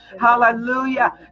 Hallelujah